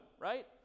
right